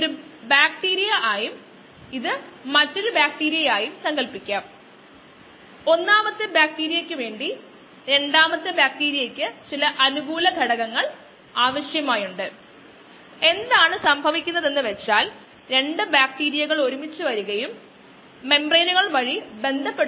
ഒരു ബാച്ച് ബയോറിയാക്ടറിന്റെ കാര്യത്തിൽ ഈ കേസ് അസാധാരണമാണ് മാത്രമല്ല നിർണായകവും എന്നാൽ അസാധാരണവുമായ ചില സബ്സ്ട്രേറ്റുകൾ പരിമിതപ്പെടുത്തുമ്പോൾ സംഭവിക്കാം